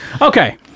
Okay